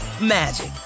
magic